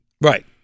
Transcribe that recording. Right